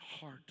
heart